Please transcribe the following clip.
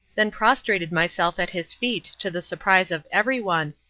then prostrated myself at his feet to the surprise of everyone,